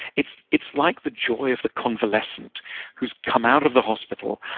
it's it's like the joy of the convalescent who's come out of the hospital,